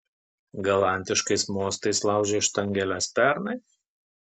galantiškais mostais laužei štangeles pernai